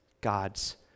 God's